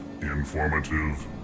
Informative